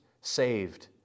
saved